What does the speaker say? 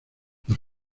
las